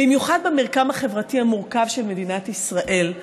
במיוחד במרקם החברתי המורכב של מדינת ישראל,